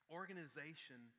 organization